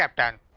but back